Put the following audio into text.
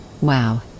Wow